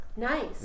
Nice